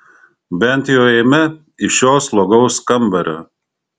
bent jau eime iš šio slogaus kambario